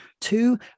two